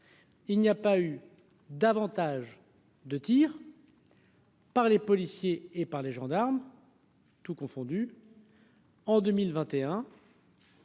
Il n'y a pas eu davantage de tirs. Par les policiers et par les gendarmes. Tout confondu. En 2021.